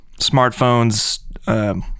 smartphones